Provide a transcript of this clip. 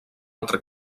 altra